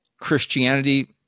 Christianity